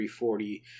.340